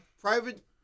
private